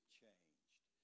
changed